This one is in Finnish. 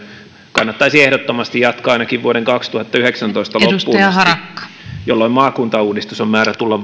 kannattaisi ehdottomasti jatkaa ainakin vuoden kaksituhattayhdeksäntoista loppuun asti jolloin maakuntauudistuksen on määrä tulla